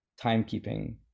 timekeeping